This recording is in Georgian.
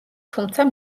თუმცა